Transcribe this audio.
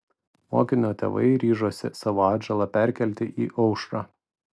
mokinio tėvai ryžosi savo atžalą perkelti į aušrą